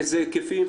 באילו היקפים.